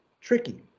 tricky